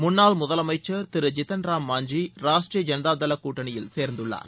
முன்னாள் முதலமைச்சர் திரு ஜித்தன் ராம் மாஞ்சி ராஷ்டரிய ஜனதா தள கூட்டணியில் சேர்ந்துள்ளார்